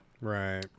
Right